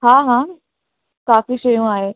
हा हा काफ़ी शयूं आहे